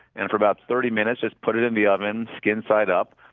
and for about thirty minutes just put it in the oven skin-side up.